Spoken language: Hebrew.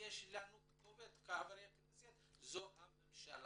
יש לנו כתובת כחברי הכנסת וזו הממשלה.